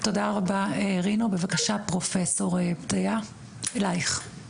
בהחלט, תודה רבה רינו, בבקשה פרופסור פדיה, אלייך.